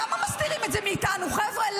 למה מסתירים את זה מאיתנו, חבר'ה?